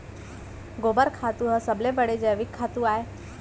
गोबर खातू ह सबले बड़े जैविक खातू अय